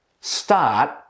start